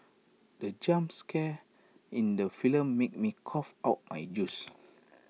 the jump scare in the film made me cough out my juice